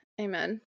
Amen